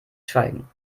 schweigen